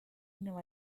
nueva